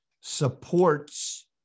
supports